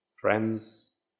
friends